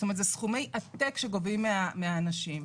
זאת אומרת, אלו סכומי עתק שגובים מהאנשים.